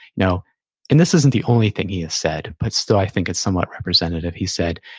you know and this isn't the only thing he has said, but still, i think it's somewhat representative. he said,